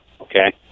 okay